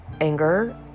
anger